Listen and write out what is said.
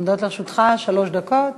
עומדות לרשותך שלוש דקות.